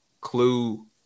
clue